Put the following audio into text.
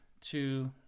two